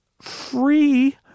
free